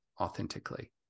authentically